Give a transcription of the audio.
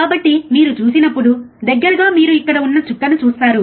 కాబట్టి మీరు చూసినప్పుడు దగ్గరగా మీరు ఇక్కడ ఉన్న చుక్కను చూస్తారు